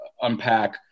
unpack